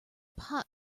pot